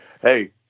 hey